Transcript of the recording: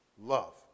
love